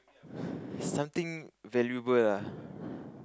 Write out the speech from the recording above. something valuable ah